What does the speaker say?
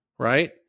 Right